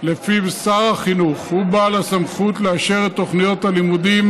שלפיו שר החינוך הוא בעל הסמכות לאשר את תוכניות הלימודים